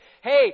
hey